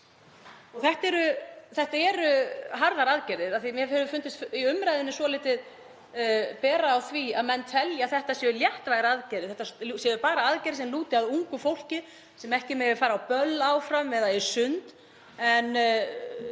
Og þetta eru harðar aðgerðir. Mér hefur fundist í umræðunni svolítið bera á því að menn telji að þetta séu léttvægar aðgerðir, séu bara aðgerðir sem lúti að ungu fólki sem ekki mega fara á böll áfram eða í sund. En þótt það væri